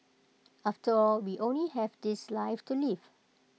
after all we only have this life to live